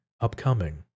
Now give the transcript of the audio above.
upcoming